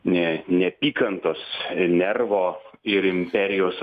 ne neapykantos nervo ir imperijos